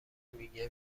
میگه